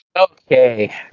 Okay